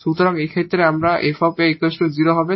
সুতরাং এই ক্ষেত্রে যখন এই 𝑓 𝑎 0 হবে